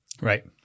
Right